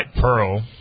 pearl